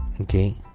Okay